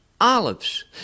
olives